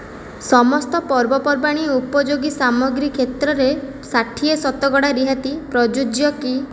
ସମସ୍ତ ପର୍ବପର୍ବାଣି ଉପଯୋଗୀ ସାମଗ୍ରୀ କ୍ଷେତ୍ରରେ ଷାଠିଏ ଶତକଡ଼ା ରିହାତି ପ୍ରଯୁଜ୍ୟ କି